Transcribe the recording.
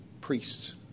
priests